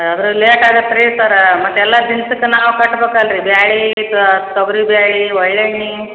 ಅದ್ರಲ್ಲಿ ಲೇಟ್ ಆಗತ್ ರೀ ಸರ್ ಮತ್ತೆ ಎಲ್ಲ ದಿನ್ಸಿಕೆ ನಾವು ಕಟ್ಬೇಕಲ್ಲ ರೀ ಬ್ಯಾಳಿಕೆ ತೊಗರಿ ಬೇಳಿ ಒಳ್ಳೆಣ್ಣೆ